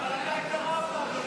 אבל אתה התערבת, אדוני.